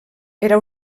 era